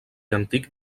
antic